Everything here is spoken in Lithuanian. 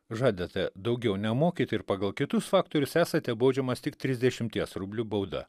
žadate daugiau nemokyti ir pagal kitus faktorius esate baudžiamas tik trisdešimties rublių bauda